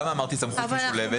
בגלל זה דברתי על סמכות משולבת.